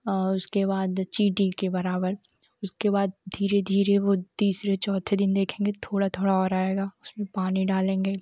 उसके बाद चिटी के बराबर उसके बाद धीरे धीरे वह तीसरे चौथे दिन देखेंगे थोड़ा थोड़ा और आएगा उसमें पानी डालेंगे